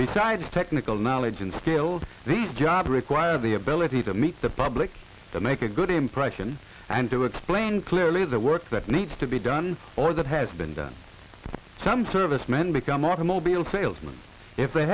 besides technical knowledge and skills these jobs require the ability to meet the public to make a good impression and to explain clearly the work that needs to be done or that has been done some service men become automobile salesmen if they